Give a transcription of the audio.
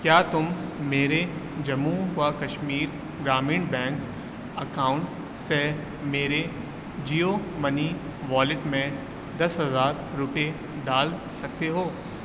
کیا تم میرے جموں و کشمیر گرامین بینک اکاؤنٹ سے میرے جیو منی والیٹ میں دس ہزار روپے ڈال سکتے ہو